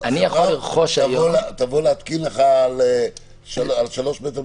החברה תבוא להתקין לך על שלוש מטר מרובע?